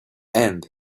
and